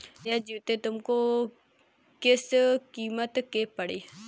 यह जूते तुमको किस कीमत के पड़े?